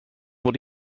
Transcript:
mod